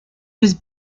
was